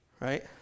right